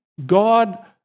God